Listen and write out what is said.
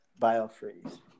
Biofreeze